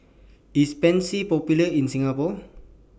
IS Pansy Popular in Singapore